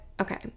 okay